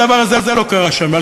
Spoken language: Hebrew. הדבר הזה לא קרה שם.